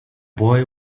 boy